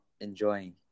enjoying